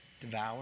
devour